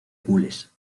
gules